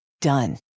Done